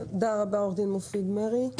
תודה רבה, מופיד מרעי.